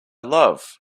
love